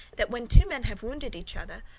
that when two men have wounded each other,